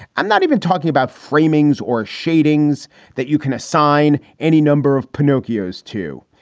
i'm not even talking about framings or shadings that you can assign any number of pinocchio's to,